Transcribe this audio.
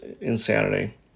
insanity